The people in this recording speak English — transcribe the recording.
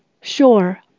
Sure